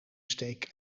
steek